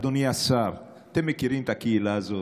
אדוני השר, אתם מכירים את הקהילה הזאת,